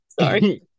sorry